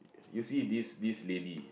you see this this lady